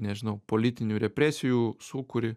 nežinau politinių represijų sūkurį